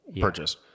purchase